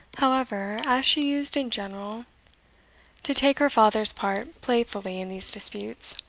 however, as she used in general to take her father's part playfully in these disputes,